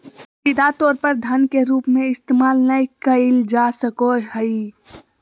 सीधा तौर पर धन के रूप में इस्तेमाल नय कइल जा सको हइ